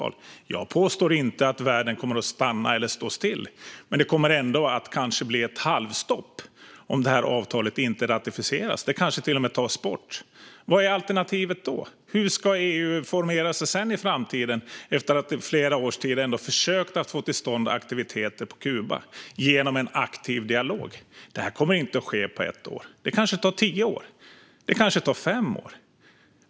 Jag påstår inte att världen kommer att stanna eller stå still, men det kommer kanske att bli ett halvstopp om avtalet inte ratificeras. Det kanske till och med tas bort. Vad är alternativet då? Hur ska EU formera sig i framtiden efter att i flera års tid ha försökt få till stånd aktiviteter på Kuba genom aktiv dialog? Det här kommer inte att ske på ett år. Det kanske tar tio år. Det kanske tar fem år.